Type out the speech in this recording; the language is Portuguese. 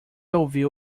ouviu